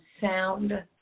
sound